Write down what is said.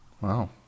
Wow